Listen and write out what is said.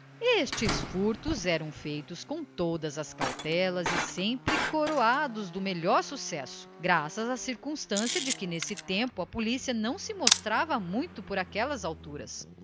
estes furtos eram feitos com todas as cautelas e sempre coroados do melhor sucesso graças à circunstância de que nesse tempo a polícia não se mostrava muito por aquelas alturas